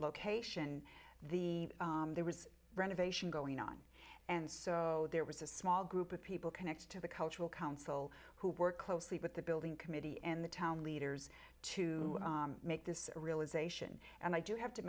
location the there was renovation going on and so there was a small group of people connected to the cultural council who work closely with the building committee and the town leaders to make this realization and i do have t